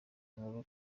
nkuru